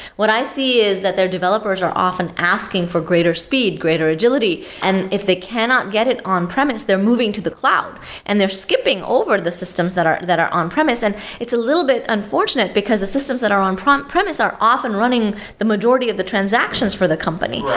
what i see is that their developers are often asking for greater speed, greater agility, and if they cannot get it on-premise, they're moving to the cloud and they're skipping over the systems that are that are on-premise and it's a little bit unfortunate, because the systems that are on-premise are often running the majority of the transactions for the company.